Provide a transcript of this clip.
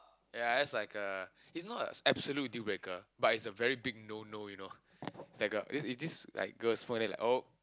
ya that's like a it's not a absolute deal breaker but it's a very big no no you know like uh is is this like girl's phone then I oh